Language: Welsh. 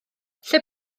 lle